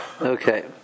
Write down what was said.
Okay